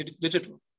digital